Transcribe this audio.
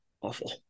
awful